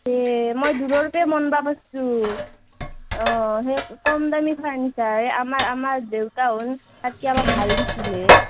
এ মই দূৰৰ পে মনবা পাছছোঁ অঁ হে কম দামী ফাৰ্নিচাৰ এ আমাৰ আমাৰ দেউতা আহোন তাতকে আমাক ভাল দিছিল হে